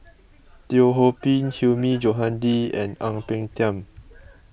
Teo Ho Pin Hilmi Johandi and Ang Peng Tiam